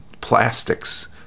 plastics